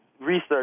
research